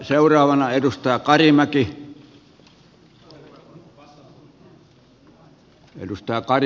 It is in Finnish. nyt on saatava muutos aikaan